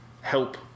help